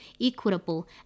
equitable